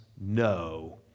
no